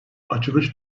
açılış